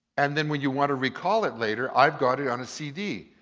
and then, when you want to recall it later, i've got it on a cd.